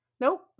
Nope